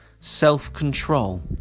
self-control